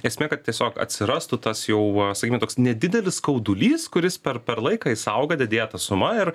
esmė kad tiesiog atsirastų tas jau va sakykime toks nedidelis skaudulys kuris per per laiką jis auga didėja ta suma ir